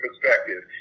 perspective